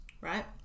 right